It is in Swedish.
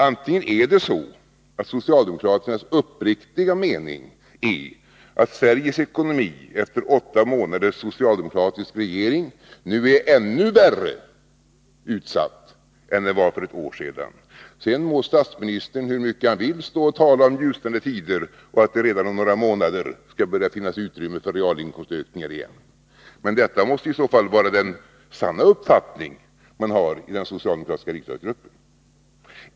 Antingen är det så att socialdemokraternas uppriktiga mening är att Sveriges ekonomi efter åtta månaders socialdemokratisk regering nu är ännu värre utsatt än den var för ett år sedan. Sedan må statsministern hur mycket han vill stå och tala om ljusnande tider och att det redan om några månader skall börja finnas utrymme för realinkomstökningar igen. Men detta måste i så fall vara den sanna uppfattning man har i den socialdemokratiska riksdagsgruppen.